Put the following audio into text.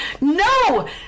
No